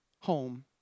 home